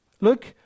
Look